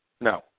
No